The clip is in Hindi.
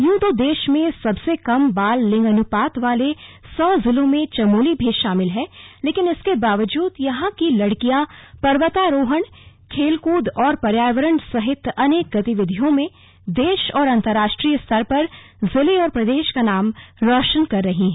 यूं तो देश में सबसे कम बाल लिंगानुपात वाले सौ जिलों में चमोली भी शामिल है लेकिन इसके बावजूद यहां की लड़कियां पर्वतारोहण खेल कृद और पर्यावरण सहित अनेक गतिविधियों में देश और अन्तर्राष्ट्रीय स्तर पर जिले और प्रदेश का नाम रोशन कर रही हैं